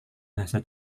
bahasa